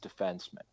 defenseman